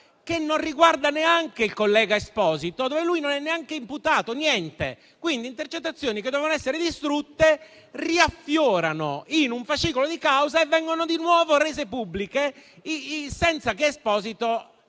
che non riguarda neanche il collega Esposito, dove lui non è neanche imputato, quindi delle intercettazioni che dovevano essere distrutte riaffiorano in un fascicolo di causa e vengono di nuovo rese pubbliche senza che Esposito